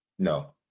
No